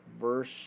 Verse